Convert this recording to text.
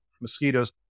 mosquitoes